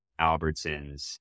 Albertsons